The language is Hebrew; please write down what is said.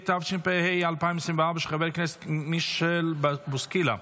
התשפ"ה 2024, של חבר הכנסת מישל בוסקילה,